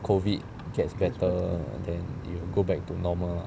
COVID gets better then it will go back to normal lah